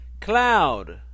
Cloud